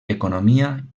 economia